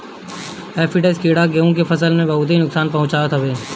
aphids कीड़ा गेंहू के फसल के बहुते नुकसान पहुंचावत हवे